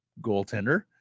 goaltender